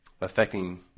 affecting